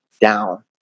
down